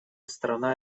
страна